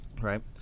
right